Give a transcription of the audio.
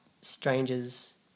strangers